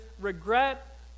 regret